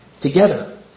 together